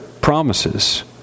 promises